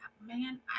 man